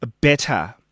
better